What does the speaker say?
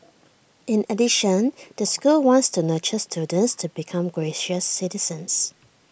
in addition the school wants to nurture students to become gracious citizens